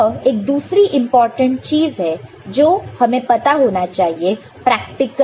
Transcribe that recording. तो यह एक दूसरी इंपॉर्टेंट चीज है जो हमें पता होना चाहिए प्रैक्टिकल केस में